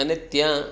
અને ત્યાં